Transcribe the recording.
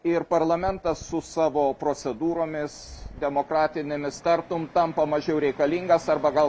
ir parlamentą su savo procedūromis demokratinėmis tartum tampa mažiau reikalingas arba gal